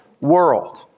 world